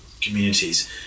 communities